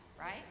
Right